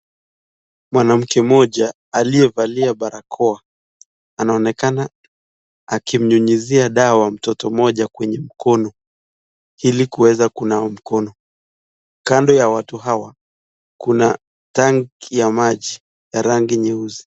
Mwanamke mmoja aliyevalia barakoa anaonakana akimnyunyuzia dawa mtoto mmoja kwenye mkono ili kuweza kunawa mkono. Kando ya watu hawa kuna tenki ya maji ya rangi nyeusi.